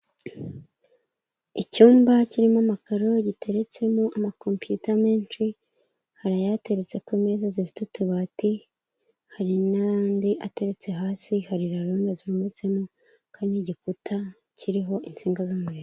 Icyumba kirimo amakaro giteretsemo amakompiyuta menshi hari ayateretse ku meza zifite utubati, hari n'andi ateretse hasi hari raronji zimanitsemo kandi n'igikuta kiriho insinga z'umuriro.